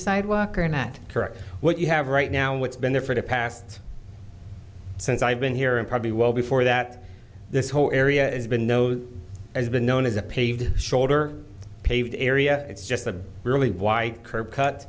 sidewalk or not correct what you have right now what's been there for the past since i've been here and probably well before that this whole area has been know that has been known as a paved shoulder paved area it's just a really wide curb cut